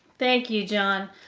thank you, john.